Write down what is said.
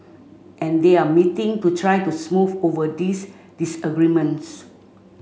and they are meeting to try to smooth over these disagreements